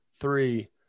three